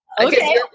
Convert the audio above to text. Okay